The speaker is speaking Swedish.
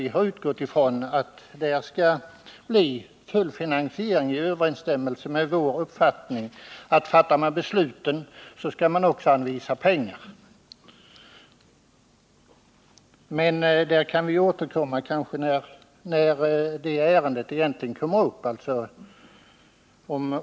Vi har utgått ifrån att det skall bli full finansiering i överensstämmelse med vår uppfattning att om man fattar beslut, så skall man också anvisa pengar. Men vi kan kanske återkomma till detta när det ärendet egentligen skall behandlas.